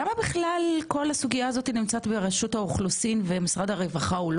למה בכלל כל הסוגיה הזאת נמצאת ברשות האוכלוסין ומשרד הרווחה הוא לא